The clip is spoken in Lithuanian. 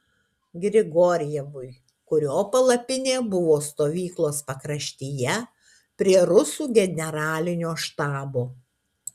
grigorjevui kurio palapinė buvo stovyklos pakraštyje prie rusų generalinio štabo